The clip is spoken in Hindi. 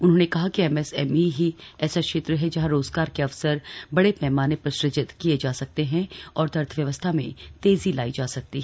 उन्होंने कहा कि एमएसएमई ही ऐसा क्षेत्र है जहां रोजगार के अवसर बड़े पैमाने पर सुजित किए जा सकते हैं और अर्थव्यवस्था में तेजी लाई जा सकती है